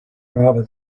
rather